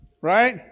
Right